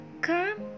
come